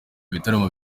ibitaramo